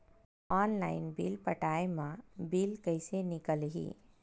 Online bill पटाय मा bill कइसे निकलही?